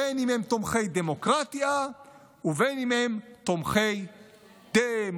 בין אם הם תומכי דמוקרטיה ובין אם הם תומכי ד-מו-קרט-יה,